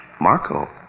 Marco